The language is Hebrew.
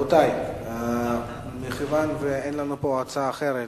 מכיוון שאין לנו הצעה אחרת,